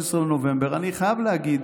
שב-15 בנובמבר, אני חייב להגיד